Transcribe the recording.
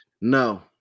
No